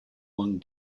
one